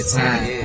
time